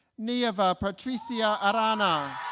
nieva patricia arana